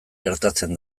gertatzen